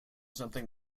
something